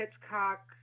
hitchcock